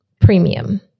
premium